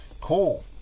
Cool